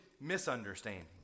misunderstanding